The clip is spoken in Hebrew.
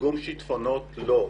איגום שיטפונות לא,